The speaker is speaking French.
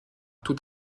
tout